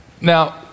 Now